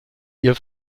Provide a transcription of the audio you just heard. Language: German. ihr